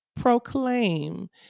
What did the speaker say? proclaim